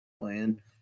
playing